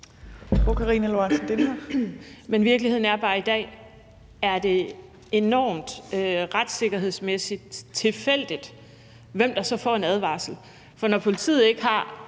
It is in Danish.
Men virkeligheden er bare i dag, at det retssikkerhedsmæssigt er enormt tilfældigt, hvem der så får en advarsel.